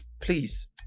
please